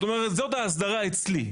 זאת אומרת, זאת ההסדרה אצלי.